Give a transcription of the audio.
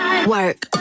Work